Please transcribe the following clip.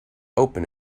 open